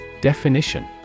Definition